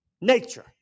nature